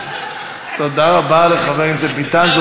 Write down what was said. תודה רבה לחבר הכנסת ביטן.